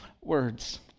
words